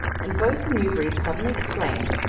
and both the newberrys suddenly exclaimed,